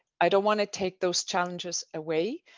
i don't want to take those challenges away,